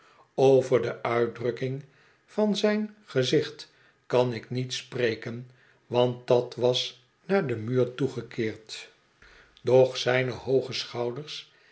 over de uitdrukking van zijn gezicht kan ik niet spreken want dat was naaiden muur toe gekeerd doch zijne hoogc schouders